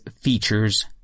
features